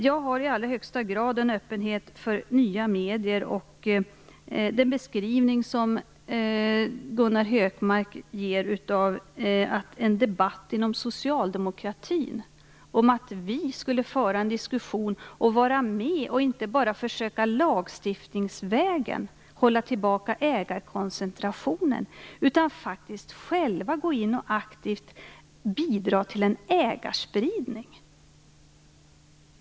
Jag har i allra högsta grad en öppenhet för nya medier. Gunnar Hökmark beskriver en debatt inom socialdemokratin som att vi skulle föra en diskussion och vara med, och inte bara lagstiftningsvägen försöka hålla tillbaka ägarkoncentrationen utan faktiskt själva aktivt bidra till en ägarspridning.